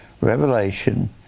Revelation